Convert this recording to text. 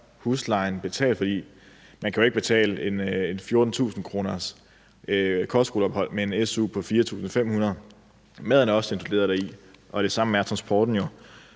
huslejen betalt, for man kan jo ikke betale 14.000 kr. for en måneds kostskoleophold med en su på 4.500 kr. Maden er også inkludere deri, og det samme er transporten